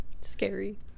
scary